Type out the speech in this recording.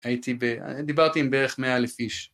הייתי ב.. דיברתי עם בערך מאה אלף איש.